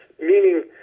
meaning